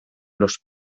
los